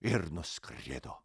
ir nuskrido